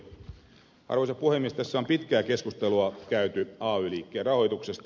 tässä on pitkää keskustelua käyty ay liikkeen rahoituksesta